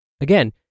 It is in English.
Again